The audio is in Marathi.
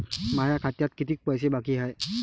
माया खात्यात कितीक पैसे बाकी हाय?